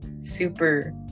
super